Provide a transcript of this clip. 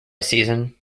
season